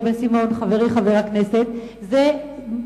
חברי חבר הכנסת דניאל בן-סימון,